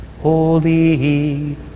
Holy